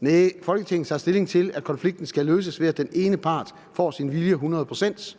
næh, Folketinget tager stilling til, at konflikten skal løses, ved at den ene part får sin vilje hundrede procent.